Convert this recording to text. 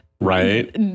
Right